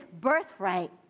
birthright